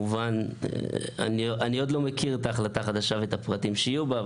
אני עוד לא מכיר את ההחלטה החדשה ואת הפרטים שיהיו בה,